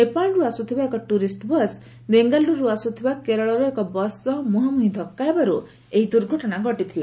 ନେପାଳରୁ ଆସୁଥିବା ଏକ tourist bus ବେଙ୍ଗାଲୁରୁରୁ ଆସୁଥିବା କେରଳର ଏକ ବସ୍ ସହ ମୁହାଁମୁହିଁ ଧକ୍କା ହେବାରୁ ଏହି ଦୁର୍ଘଟଣା ଘଟିଥିଲା